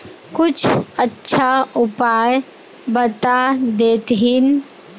कुछ अच्छा उपाय बता देतहिन?